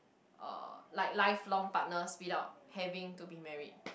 uh like lifelong partners without having to be married